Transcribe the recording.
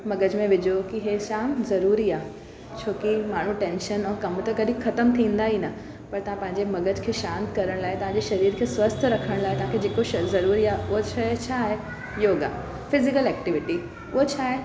मग़ज में विझो की इहा जाम ज़रूरी आहे छोकी माण्हू टैंशन ऐं कम त कढी ख़तमु थींदा ई न पर तव्हां पंहिंजे मग़ज खे शांति करण लाइ तव्हांजे शरीर खे स्वस्थ रखण लाइ तव्हांजे शरीर खे स्वस्थ रखण लाइ तव्हांखे जेको शइ ज़रूरी आहे उहा शइ छा आहे योगा फिज़ीकल एक्टिविटी उहो छा आहे